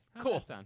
Cool